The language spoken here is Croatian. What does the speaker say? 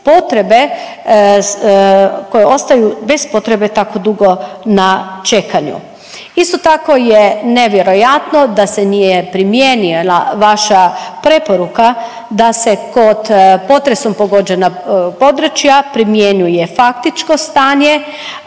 koje ostaju bez potrebe tako dugo na čekanju. Isto tako je vjerojatno da se nije primijenila vaša preporuka da se kod potresom pogođena područja primjenjuje faktičko stanje,